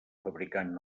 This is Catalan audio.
fabricant